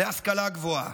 להשכלה גבוהה?